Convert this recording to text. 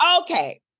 okay